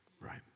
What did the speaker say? right